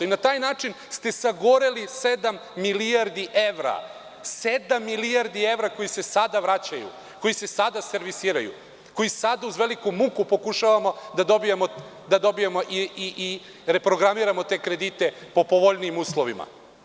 Na taj način ste sagoreli sedam milijardi evra koji se sada vraćaju, koji se sada servisiraju, koji sada uz veliku muku pokušavamo da dobijemo i reprogramiramo te kredite pod povoljnijim uslovima.